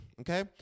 okay